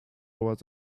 was